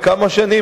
כמה שנים,